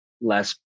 less